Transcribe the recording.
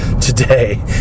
today